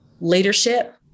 leadership